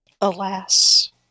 Alas